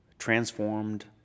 transformed